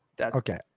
okay